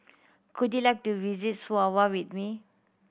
could you like to visit Suva with me